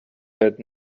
had